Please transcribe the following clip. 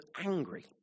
angry